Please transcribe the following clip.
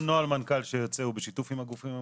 כל נוהל מנכ"ל שיוצא הוא בשיתוף עם הגופים המוכרים.